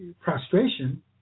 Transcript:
prostration